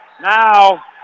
Now